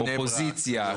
אופוזיציה,